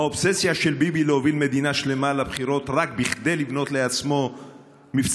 האובססיה של ביבי להוביל מדינה שלמה לבחירות רק כדי לבנות לעצמו מבצר